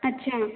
अच्छा